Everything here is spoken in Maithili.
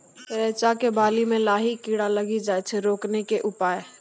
रिचा मे बाली मैं लाही कीड़ा लागी जाए छै रोकने के उपाय?